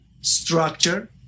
structure